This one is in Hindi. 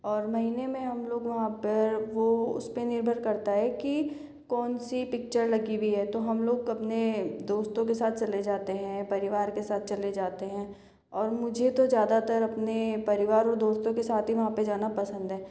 और महीने में हम लोग वहाँ पर वह उस पर निर्भर करता है की कौन सी पिक्चर लगी हुई है तो हम लोग अपने दोस्तों के साथ चले जाते हैं परिवार के साथ चले जाते हैं और मुझे तो ज़्यादातर अपने परिवार और दोस्तों के साथ ही वहाँ पर जाना पसंद है